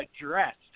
Addressed